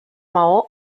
maó